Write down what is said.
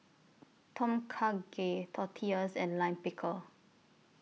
Tom Kha Gai Tortillas and Lime Pickle